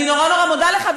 אני נורא נורא מודה לך,